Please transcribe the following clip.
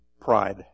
Pride